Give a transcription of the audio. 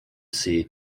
sea